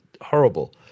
horrible